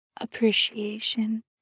appreciation